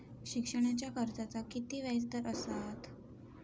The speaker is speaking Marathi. शिक्षणाच्या कर्जाचा किती व्याजदर असात?